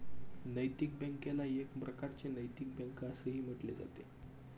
नैतिक बँकेला एक प्रकारची नैतिक बँक असेही म्हटले जाते